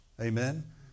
Amen